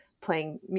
playing